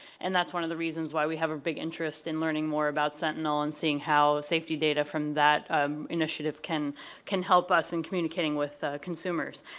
and that's one of the reasons why we have a big interest in learning more about sentinel and seeing how safety data from the um initiative can can help us in communicating with consumers,